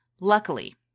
Luckily